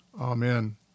amen